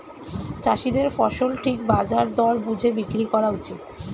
চাষীদের ফসল ঠিক বাজার দর বুঝে বিক্রি করা উচিত